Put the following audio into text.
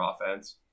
offense